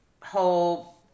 whole